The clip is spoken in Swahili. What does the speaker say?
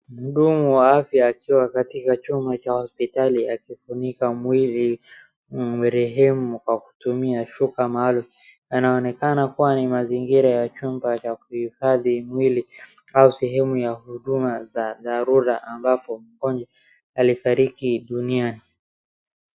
Mhudumu wa afya akiwa katika chumba cha hospitali akifunika mwili, marehemu kwa kutumia shuka maalum. Anaonekana kuwa ni chumba cha kuhifandi mwili au sehemu ya huduma za dharura ambapo mgonjwa alifariki dunia.